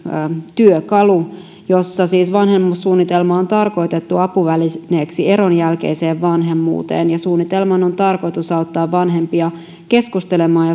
työkalu jossa siis vanhemmuussuunnitelma on tarkoitettu apuvälineeksi eron jälkeiseen vanhemmuuteen suunnitelman on tarkoitus auttaa vanhempia keskustelemaan